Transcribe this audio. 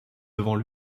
devant